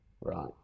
Right